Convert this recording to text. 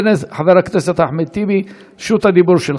חבר הכנסת אחמד טיבי, רשות הדיבור שלך.